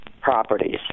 properties